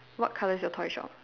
what colour is your toy shop